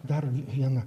dar vieną